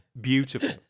Beautiful